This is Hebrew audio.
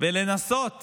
ולנסות